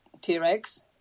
T-Rex